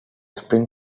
spring